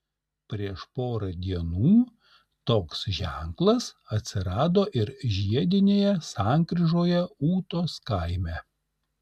prieš porą dienų toks ženklas atsirado ir žiedinėje sankryžoje ūtos kaime